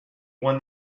won